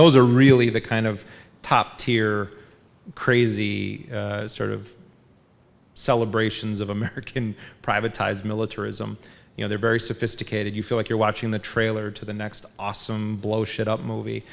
those are really the kind of top tier crazy sort of celebrations of american privatized militarism you know they're very sophisticated you feel like you're watching the trailer to the next awesome blow shit up movie